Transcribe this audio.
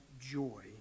joy